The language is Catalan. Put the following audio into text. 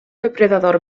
depredador